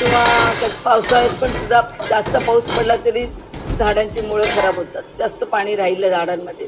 किंवा पावसाळ्यात पण सुद्धा जास्त पाऊस पडला तरी झाडांची मुळं खराब होतात जास्त पाणी राही झाडांमध्ये